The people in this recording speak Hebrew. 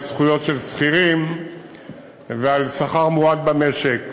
זכויות של שכירים ועל שכר מועט במשק,